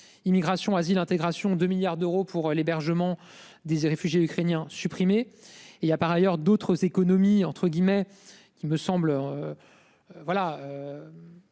Immigration Asile intégration de milliards d'euros pour l'hébergement des réfugiés ukrainiens supprimé et a par ailleurs d'autres économies entre guillemets qui me semble heures. Voilà.